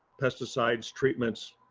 pesticides treatments,